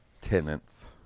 tenants